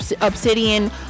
obsidian